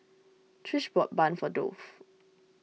Trish bought bun for Dolph